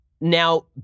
now